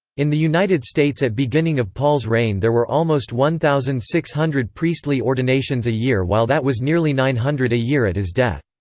in the united states at beginning of paul's reign there were almost one thousand six hundred priestly ordinations a year while that was nearly nine hundred a year at his death.